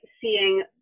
seeing